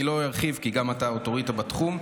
לא ארחיב, כי גם אתה אוטוריטה בתחום.